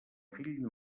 fill